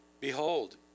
behold